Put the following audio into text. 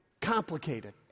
complicated